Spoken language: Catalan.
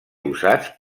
usats